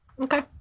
Okay